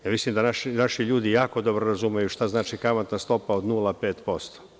Ja mislim da naši ljudi jako dobro razumeju šta znači kamatna stopa od 0,5%